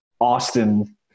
Austin